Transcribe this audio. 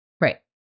Right